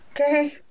okay